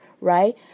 right